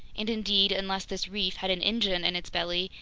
and indeed, unless this reef had an engine in its belly,